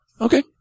Okay